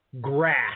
grass